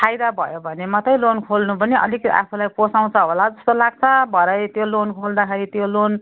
फाइदा भयो भने मात्रै लोन खोल्नु पनि अलिक आफूलाई पोसाउँछ होला जस्तो लाग्छ भरे त्यो लोन खोल्दाखेरि त्यो लोन